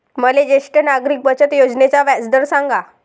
मले ज्येष्ठ नागरिक बचत योजनेचा व्याजदर सांगा